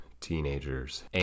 teenagers